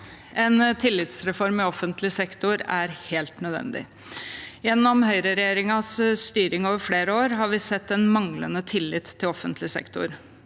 En tillitsre- form i offentlig sektor er helt nødvendig. Gjennom høyreregjeringens styring over flere år har vi sett en manglende tillit til offentlig sektor.